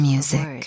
Music